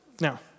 Now